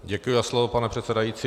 Děkuji za slovo, pane předsedající.